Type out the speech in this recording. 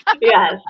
Yes